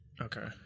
okay